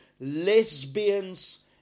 Lesbians